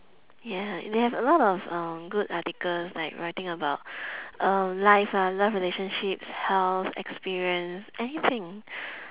ya they have a lot of uh good articles like writing about uh life ah love relationship health experience anything